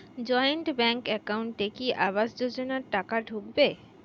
Joint bank একাউন্টে কি আবাস যোজনা টাকা ঢুকবে?